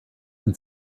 can